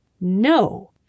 No